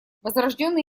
возрожденный